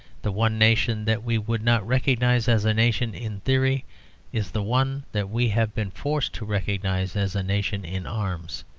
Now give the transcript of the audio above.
the one nation that we would not recognise as a nation in theory is the one that we have been forced to recognise as a nation in arms.